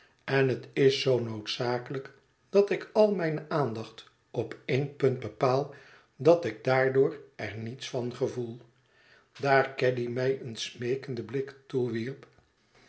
en het is zoo noodzakelijk dat ik al mijne aandacht op één punt bepaal dat ik daardoor er niets van gevoel daar caddy mij een smeekenden blik toewierp